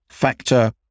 Factor